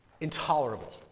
intolerable